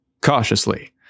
cautiously